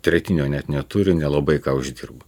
tretinio net neturi nelabai ką uždirba